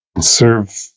serve